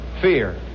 fear